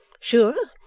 sure,